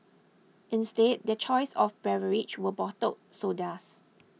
instead their choice of beverage were bottled sodas